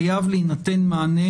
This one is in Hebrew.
חייב להינתן מענה